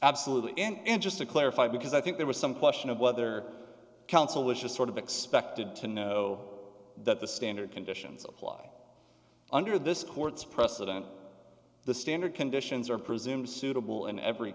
absolutely and just to clarify because i think there was some question of whether counsel was just sort of expected to know that the standard conditions apply under this court's precedent the standard conditions are presumed suitable in every